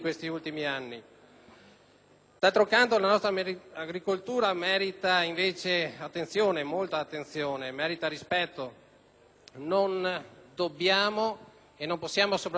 D'altro canto, la nostra agricoltura merita molta attenzione e merita rispetto. Non dobbiamo, e non possiamo soprattutto, dimenticare